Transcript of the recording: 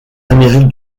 amérique